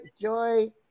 Joy